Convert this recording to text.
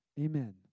Amen